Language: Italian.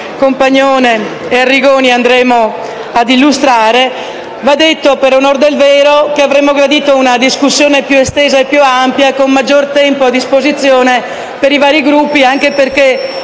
Compagnone e Arrigoni andremo ad illustrare. Va detto, a onor del vero, che avremmo gradito una discussione più ampia, con maggior tempo a disposizione dei vari Gruppi, anche perché